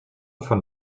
von